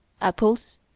Apples